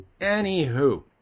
Anywho